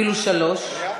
אפילו שלוש,